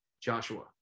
Joshua